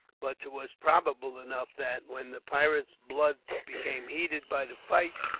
but twas probable enough that, when the pirates' blood became heated by the fight,